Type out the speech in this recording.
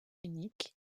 unique